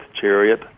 chariot